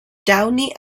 downey